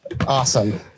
Awesome